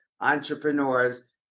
entrepreneurs-